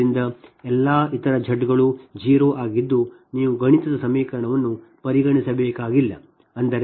ಆದ್ದರಿಂದ ಎಲ್ಲಾ ಇತರ Z ಡ್ಗಳು 0 ಆಗಿದ್ದು ನೀವು ಗಣಿತದ ಸಮೀಕರಣವನ್ನು ಪರಿಗಣಿಸಬೇಕಾಗಿಲ್ಲ